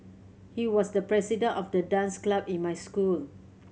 he was the president of the dance club in my school